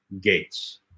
Gates